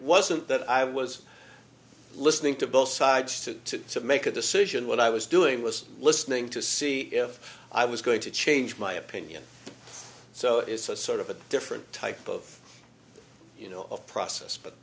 wasn't that i was listening to both sides to make a decision what i was doing was listening to see if i was going to change my opinion so it's a sort of a different type of you know of process but